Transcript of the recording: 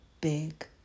big